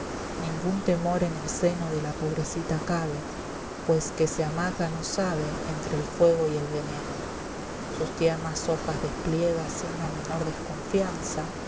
ningún temor en el seno de la pobrecita cabe pues que se amaca no sabe entre el fuego y el veneno sus tiernas hojas despliega sin la menor desconfianza